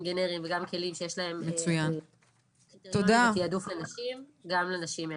גנריים וגם כלים שיש להם תיעדופי נשים גם לנשים האלו.